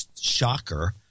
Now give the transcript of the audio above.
shocker